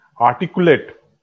articulate